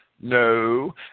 No